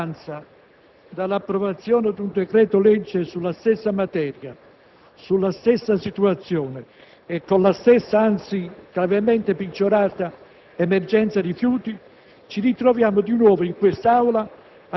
a soli sette mesi di distanza dall'approvazione di un decreto-legge sulla stessa materia, sulla stessa situazione e con la stessa, anzi gravemente peggiorata, emergenza rifiuti,